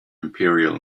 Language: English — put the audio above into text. imperial